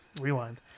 rewind